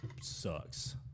sucks